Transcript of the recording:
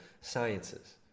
sciences